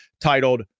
titled